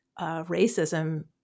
racism